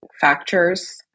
factors